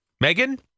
Megan